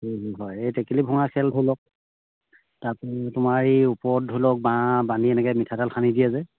হয় এই টেকেলি ভঙা খেল ধৰি লওক তাৰপৰা তোমাৰ এই ওপৰত ধৰি লওক বাঁহ বান্ধি এনেকৈ মিঠাতেল সানি দিয়ে যে